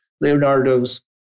Leonardo's